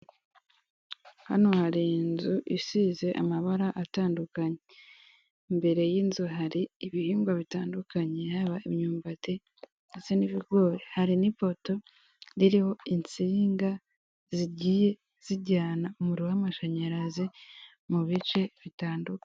Hano hari inzu isize amabara atandukanye imbere y'inzu hari ibihingwa bitandukanye yaba imyumbati ndetse n'ibigore, hari n'ipoto ririho insinga zigiye zijyana umuriro w'amashanyarazi mu bice bitandukanye.